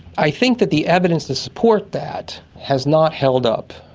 i think that the evidence to support that has not held up.